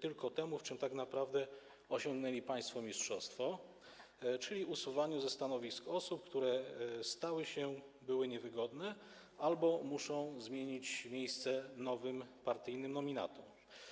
tylko temu, w czym tak naprawdę osiągnęli państwo mistrzostwo, czyli usuwaniu ze stanowisk osób, które stały się czy były niewygodne albo muszą ustąpić miejsca nowym, partyjnym nominatom.